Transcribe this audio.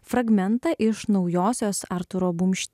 fragmentą iš naujosios artūro bumšteino